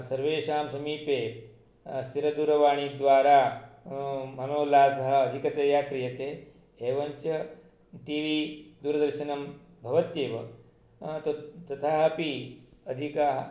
सर्वेषां समीपे स्थिरदूरवाणीद्वारा मनोल्लासः अधिकतया क्रियते एवञ्च टी वी दूरदर्शनं भवत्येव ततः अपि अधिकाः